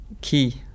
key